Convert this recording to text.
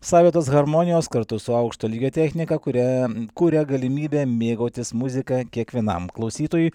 savitos harmonijos kartu su aukšto lygio technika kuria kuria galimybę mėgautis muzika kiekvienam klausytojui